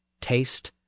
taste